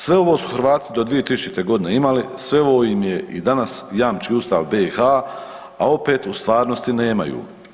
Sve ovo su Hrvati do 2000. g. imali, sve ovo im i danas jamči Ustav BiH-a a opet u stvarnosti nemaju.